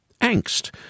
Angst